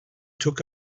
took